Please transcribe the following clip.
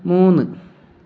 മൂന്ന്